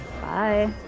Bye